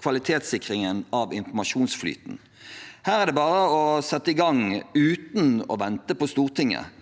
kvalitetssikringen av informasjonsflyten. Her er det bare å sette i gang, uten å vente på Stortinget.